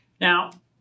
Now